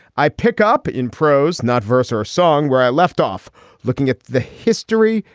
i pick up in prose, not verse or a song where i left off looking at the history,